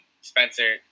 Spencer